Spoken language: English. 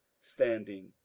standing